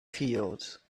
fields